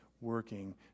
working